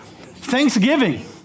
Thanksgiving